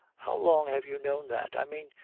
how long have you known that? i mean,